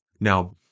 Now